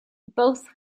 both